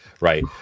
right